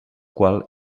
qual